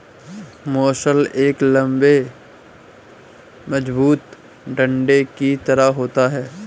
मूसल एक लम्बे मजबूत डंडे की तरह होता है